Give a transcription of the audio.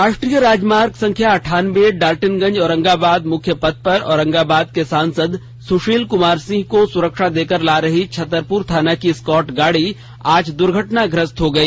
राष्ट्रीय राजमार्ग संख्या अंठानब्बे डाल्टनगंज औरंगाबाद मुख्य पथ पर औरंगाबाद के सांसद सुशील कमार सिंह को सुरक्षा देकर ला रही छतरपुर थाना की स्कॉट गाडी आज दर्घटनाग्रस्त हो गई